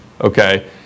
okay